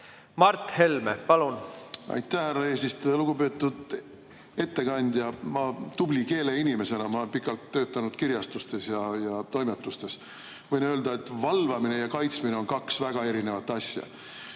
Mart Helme, palun! Aitäh, härra eesistuja! Lugupeetud ettekandja! Tubli keeleinimesena – ma olen pikalt töötanud kirjastustes ja toimetustes – võin öelda, et valvamine ja kaitsmine on kaks väga erinevat asja.